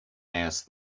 asked